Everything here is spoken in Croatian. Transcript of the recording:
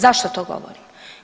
Zašto to govorim?